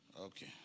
Okay